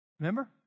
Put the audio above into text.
Remember